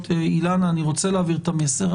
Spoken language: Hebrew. אילנה, אני רוצה להעביר את המסר.